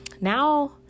now